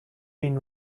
been